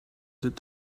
did